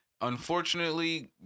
unfortunately